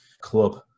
club